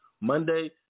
Monday